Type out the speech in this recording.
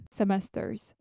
semesters